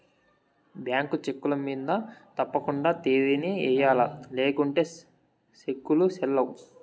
bank చెక్కుల మింద తప్పకండా తేదీని ఎయ్యల్ల లేకుంటే సెక్కులు సెల్లవ్